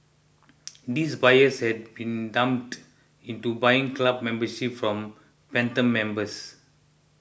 these buyers had been duped into buying club memberships from phantom members